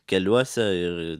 keliuose ir